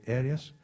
areas